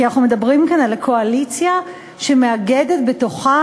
כי אנחנו מדברים כאן על קואליציה שמאגדת בתוכה,